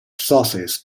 sources